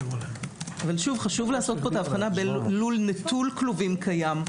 חשוב לעשות כאן את ההבחנה בין לול נטול כלובים קיים.